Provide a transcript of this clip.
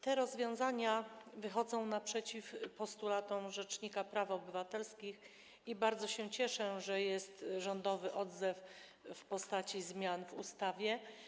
Te rozwiązania wychodzą naprzeciw postulatom rzecznika praw obywatelskich i bardzo się cieszę, że jest rządowy odzew w postaci zmian w ustawie.